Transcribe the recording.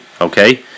okay